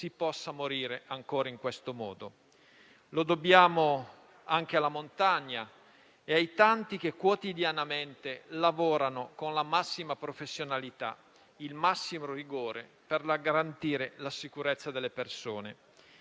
possa morire ancora in questo modo. Lo dobbiamo anche alla montagna e ai tanti che quotidianamente lavorano con la massima professionalità e il massimo rigore per garantire la sicurezza delle persone.